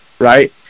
right